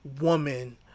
woman